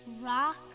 rock